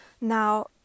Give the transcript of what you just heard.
now